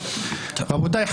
רבותיי,